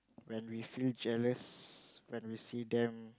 when we feel jealous when we see them